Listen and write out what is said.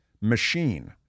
machine